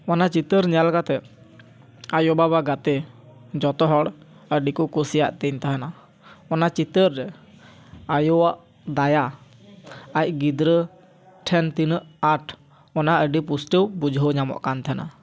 ᱚᱱᱟ ᱪᱤᱛᱟᱹᱨ ᱧᱮᱞ ᱠᱟᱛᱮᱫ ᱟᱭᱳ ᱵᱟᱵᱟ ᱜᱟᱛᱮ ᱡᱚᱛᱚ ᱦᱚᱲ ᱟᱹᱰᱤ ᱠᱚ ᱠᱩᱥᱤᱭᱟᱫ ᱛᱤᱧ ᱛᱟᱦᱮᱱᱟ ᱚᱱᱟ ᱪᱤᱛᱟᱹᱨ ᱨᱮ ᱟᱭᱳᱣᱟᱜ ᱫᱟᱭᱟ ᱟᱡ ᱜᱤᱫᱽᱨᱟᱹ ᱴᱷᱮᱱ ᱛᱤᱱᱟᱹᱜ ᱟᱸᱴ ᱚᱱᱟ ᱟᱹᱰᱤ ᱯᱩᱥᱴᱟᱹᱣ ᱵᱩᱡᱷᱟᱹᱣ ᱧᱟᱢᱚᱜ ᱠᱟᱱ ᱛᱟᱦᱮᱱᱟ